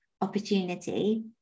opportunity